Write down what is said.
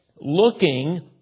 looking